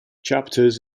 chapters